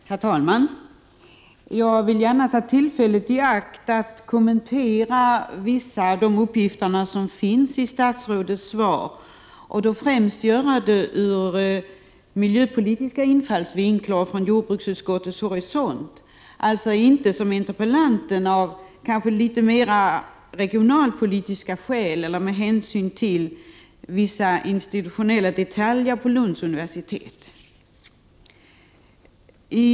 Herr talman! Jag vill gärna ta tillfället i akt att kommentera vissa av de uppgifter som finns i statsrådets svar. Jag skall göra det främst från en miljöpolitisk infallsvinkel och från jordbruksutskottets horisont, alltså inte som interpellanten av kanske litet mer regionalpolitiska skäl eller med hänsyn till vissa institutionella detaljer vid Lunds universitet.